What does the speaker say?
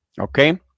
okay